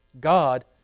God